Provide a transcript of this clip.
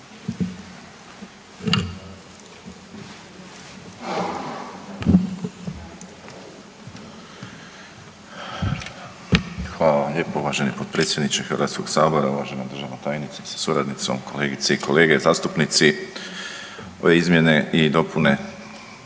Hvala vam lijepo uvaženi potpredsjedniče HS, uvažena državna tajnice sa suradnicom, kolegice i kolege zastupnici. Ove izmjene i dopune